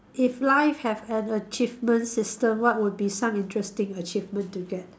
if life have an achievement system what will be some interesting achievement to get